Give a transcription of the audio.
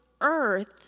earth